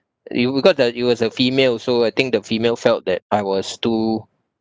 you forgot that it was a female also I think the female felt that I was too